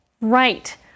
Right